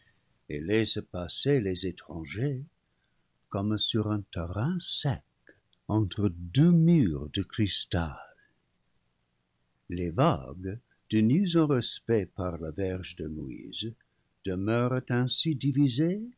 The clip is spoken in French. laisse passer les étrangers comme sur un terrain sec entre deux murs de cris tal les vagues tenues en respect par la verge de moïse de meurent ainsi divisées